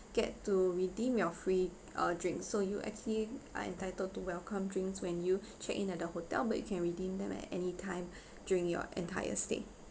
get to redeem your free uh drink so you actually are entitled to welcome drinks when you check in at the hotel but you can redeem them at any time during your entire stay